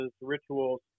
rituals